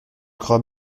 crains